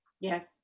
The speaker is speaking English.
Yes